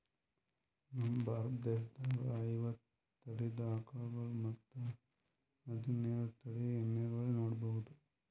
ನಮ್ ಭಾರತ ದೇಶದಾಗ್ ಐವತ್ತ್ ತಳಿದ್ ಆಕಳ್ಗೊಳ್ ಮತ್ತ್ ಹದಿನೋಳ್ ತಳಿದ್ ಎಮ್ಮಿಗೊಳ್ ನೋಡಬಹುದ್